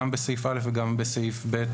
גם בסעיף א' וגם בסעיף ב',